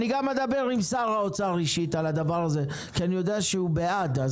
אני גם אדבר עם שר האוצר אישית על הדבר הזה כי אני יודע שהוא בעד.